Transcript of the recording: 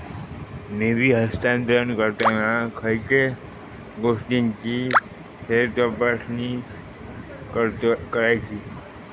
निधी हस्तांतरण करताना खयच्या गोष्टींची फेरतपासणी करायची?